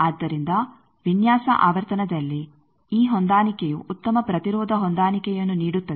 ಆದ್ದರಿಂದ ವಿನ್ಯಾಸ ಆವರ್ತನದಲ್ಲಿ ಈ ಹೊಂದಾಣಿಕೆಯು ಉತ್ತಮ ಪ್ರತಿರೋಧ ಹೊಂದಾಣಿಕೆಯನ್ನು ನೀಡುತ್ತದೆ